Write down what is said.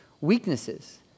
weaknesses